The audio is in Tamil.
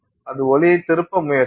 இது ஒளியைத் திருப்ப முயற்சிக்கும்